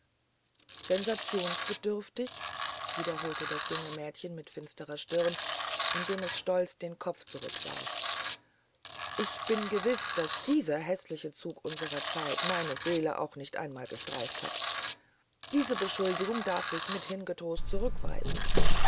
sensationsbedürftig wiederholte das junge mädchen mit finsterer stirn indem es stolz den kopf zurückwarf ich bin gewiß daß dieser häßliche zug unserer zeit meine seele auch nicht einmal gestreift hat diese beschuldigung darf ich mithin getrost zurückweisen